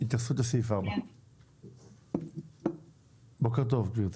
התייחסות לסעיף 4. בוקר טוב גברתי.